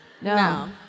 No